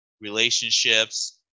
relationships